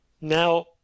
Now